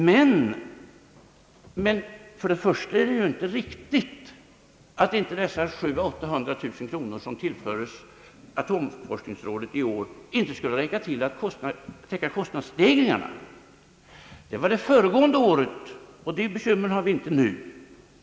Men först och främst är det icke riktigt att det belopp på 700 000—800 000, som tillföres atomforskningsrådet i år, inte skulle räcka till för att täcka kostnadsstegringarna. Den situationen hade vi förra året, men sådana bekymmer har vi inte nu.